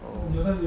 oh